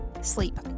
sleep